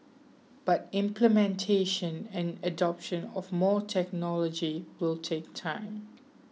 but implementation and adoption of more technology will take time